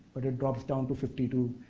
but it drops down to fifty two,